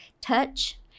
touch